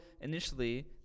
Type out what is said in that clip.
initially